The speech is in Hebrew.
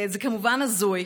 זה כמובן הזוי,